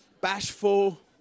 bashful